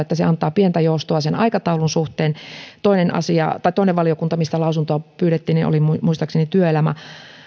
että se antaa pientä joustoa aikataulun suhteen toinen valiokunta mistä lausuntoa pyydettiin oli muistaakseni työelämä